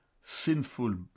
sinful